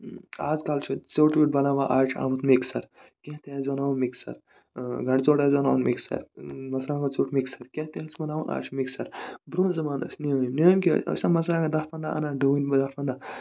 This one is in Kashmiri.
آز کَل چھُ ژِیوٚٹ وِیوٚٹ بَناوان آز چھُ آمُت مِکسر کیٚنہہ تہِ آسہِ بَناوُن مِکسر گَنڈٕ ژوٚٹ آسہِ بَناوُن مِکسر مَژرانگَن ژوٚٹ مِکسر کیٚنہہ تہِ آسہِ بَناوُن آز چھُ مِکسر برونہہ زَمانہٕ ٲسۍ نِیٲم نِیٲم کیاہ ٲسۍ آسن مَرژٕوانگن دہ پَنداہ دوٗنۍ دہ پَنداہ